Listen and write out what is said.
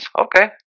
okay